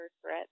threat